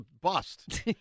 bust